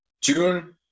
june